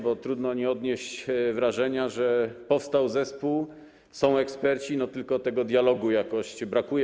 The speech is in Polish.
Bo trudno nie odnieść wrażenia, że powstał zespół, są eksperci, tylko tego dialogu jakoś brakuje.